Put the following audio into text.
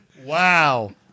Wow